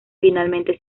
finalmente